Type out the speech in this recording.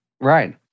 Right